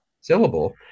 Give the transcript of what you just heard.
syllable